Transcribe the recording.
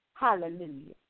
Hallelujah